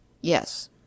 Yes